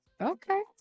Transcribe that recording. Okay